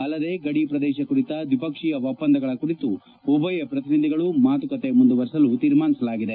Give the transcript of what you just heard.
ಅಲ್ಲದೇ ಗಡಿ ಪ್ರದೇಶ ಕುರಿತ ದ್ವಿಪಕ್ಷೀಯ ಒಪ್ಪಂದಗಳ ಕುರಿತು ಉಭಯ ಪ್ರತಿನಿಧಿಗಳು ಮಾತುಕತೆ ಮುಂದುವರೆಸಲು ತೀರ್ಮಾನಿಸಲಾಗಿದೆ